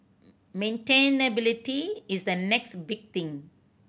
maintainability is the next big thing